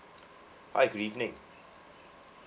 hi good evening